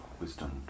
wisdom